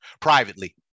privately